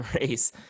race